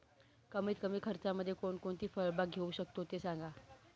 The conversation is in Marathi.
कमीत कमी खर्चामध्ये कोणकोणती फळबाग घेऊ शकतो ते सांगा